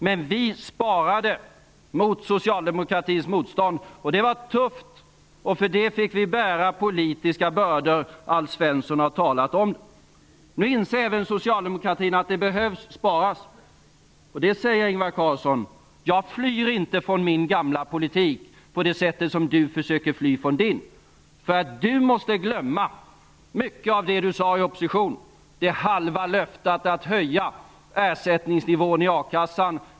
Men vi sparade trots socialdemokraternas motstånd, och det var tufft. Och för detta fick vi bära de politiska bördor som Alf Svensson talade om. Nu inser även socialdemokratin att det behövs sparas. Och det säger jag, Ingvar Carlsson: Jag flyr inte från min gamla politik på det sättet som Ingvar Carlsson försöker att fly från sin. Ingvar Carlsson måste glömma mycket av det som han sade i opposition, bl.a. det halva löftet om att höja ersättningsnivån i a-kassan.